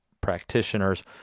practitioners